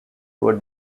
were